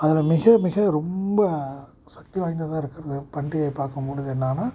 அதுல மிக மிக ரொம்ப சக்தி வாய்ந்ததாக இருக்கறது பண்டிகையை பாக்கும்பொழுது என்னென்னா